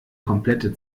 komplette